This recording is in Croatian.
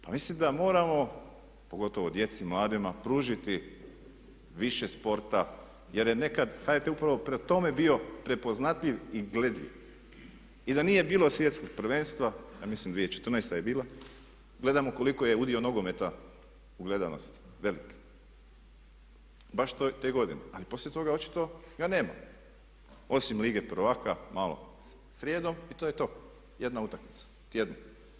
Pa mislim da moramo, pogotovo djeci, mladima pružiti više sporta jer je nekad HRT upravo prema tome bio prepoznatljiv i gledljiv i da nije bilo Svjetskog prvenstva, ja mislim 2014.je bila, gledamo koliko je udio nogometa u gledanosti velik, baš te godine ali poslije toga ga očito nema, osim lige prvaka malo srijedom i to je to, jedna utakmica tjedno.